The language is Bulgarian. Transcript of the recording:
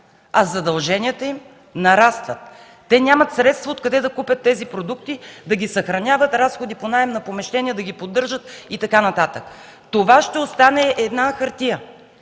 а задълженията й нарастват. Те нямат средства откъде да купят тези продукти, да ги съхраняват – разходи по наем на помещения, да ги поддържат и така нататък. Това ще остане закон на хартия,